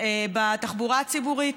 בתחבורה הציבורית,